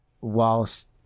whilst